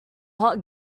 hot